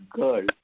girl